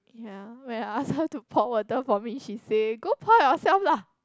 ya when I ask her to pour water for me she say go pour yourself lah